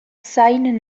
zain